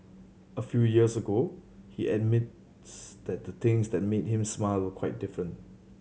a few years ago he admits that the things that made him smile were quite different